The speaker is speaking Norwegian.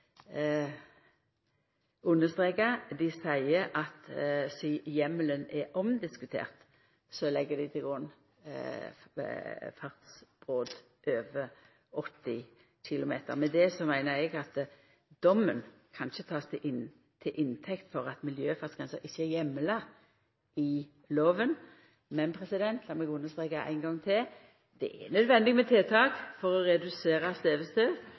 Dei seier at sidan heimelen er omdiskutert, legg ein til grunn fartsbrot over 80 km/t. Med det meiner eg at dommen kan ikkje takast til inntekt for at miljøfartsgrensa ikkje er heimla i lova. Men lat meg understreka ein gong til: Det er nødvendig med tiltak for å redusera